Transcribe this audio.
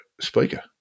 Speaker